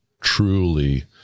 truly